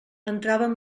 entraven